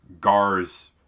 Gar's